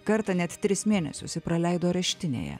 kartą net tris mėnesius ji praleido areštinėje